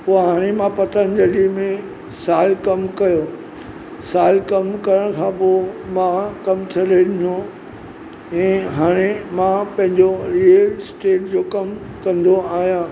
पोइ हाणे मां पतंजली में सहायक कमु कयो सहायक कमु करण खां पोइ मां कमु छ्ॾे ॾिनो ऐं हाणे मां पंहिंजो रिअल स्टेट जो कमु कंदो आहियां